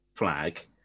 Flag